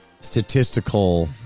statistical